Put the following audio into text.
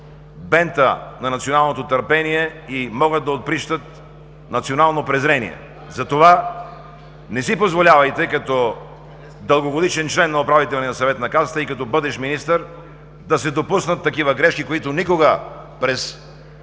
бента на националното търпение и могат да отприщят национално презрение. Затова не си позволявайте като дългогодишен член на Управителния съвет на Касата и като бъдещ министър да се допуснат такива грешки, които никога през